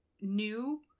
new